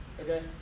Okay